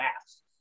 fast